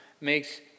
makes